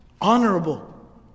honorable